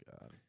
God